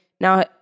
Now